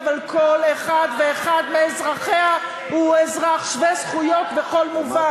אבל כל אחד ואחד מאזרחיה הוא אזרח שווה זכויות בכל מובן.